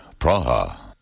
Praha